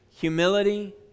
humility